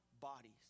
bodies